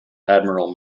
admiral